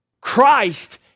Christ